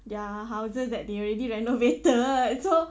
their houses that they already renovated so